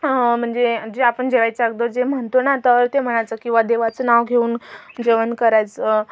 म्हणजे जे आपण जेवायच्या अगोदर जे म्हणतो ना तर ते म्हणायचं किंवा देवाचं नाव घेऊन जेवण करायचं